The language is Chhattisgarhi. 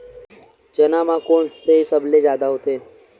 चना म कोन से सबले जादा होथे?